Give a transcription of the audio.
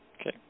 Okay